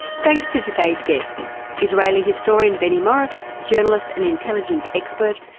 thanks to today's guests israeli historian benny morris, journalist and intelligence expert,